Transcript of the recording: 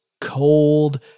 cold